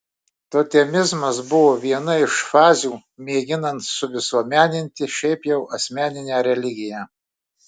totemizmas buvo viena iš fazių mėginant suvisuomeninti šiaip jau asmeninę religiją